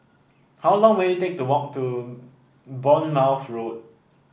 how long will it take to walk to Bournemouth Road